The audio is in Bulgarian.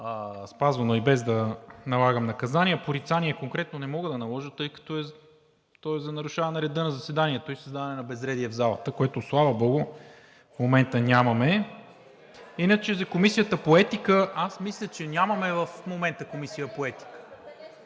спазвано и без да налагам наказания. „Порицание“ конкретно не мога да наложа, тъй като то е за нарушаване реда на заседанието и създаване на безредие в залата, което, слава Богу, в момента нямаме. Иначе за Комисията по етика – аз мисля, че нямаме в момента Комисия по етика.